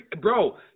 bro